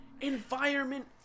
Environment